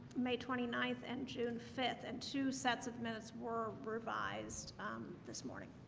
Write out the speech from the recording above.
may twenty ninth and june fifth and two sets of minutes were revised this morning,